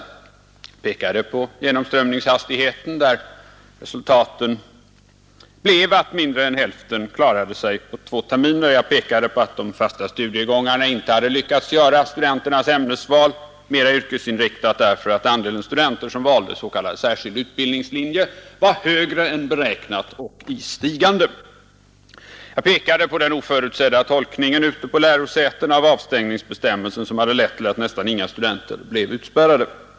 Jag pekade på genomströmningshastigheten, där resultatet blev att mindre än hälften av de studerande klarade sig på två terminer. Jag pekade på att de fasta studiegångarna inte hade lyckats göra studenternas ämnesval mera yrkesinriktat, eftersom andelen studenter som valde s.k. särskild utbildningslinje var högre än beräknat och i stigande. Jag pekade på den oförutsedda tolkningen ute på lärosätena av avstängningsbestämmelsen, som hade lett till att nästan inga studenter blev utspärrade.